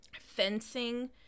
fencing